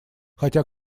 хотя